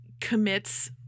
commits